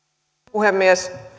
puhemies